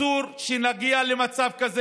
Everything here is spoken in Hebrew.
אסור שנגיע למצב כזה,